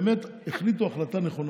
החליטו החלטה נכונה.